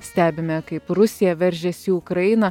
stebime kaip rusija veržiasi į ukrainą